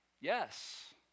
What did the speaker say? yes